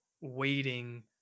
waiting